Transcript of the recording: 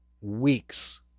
weeks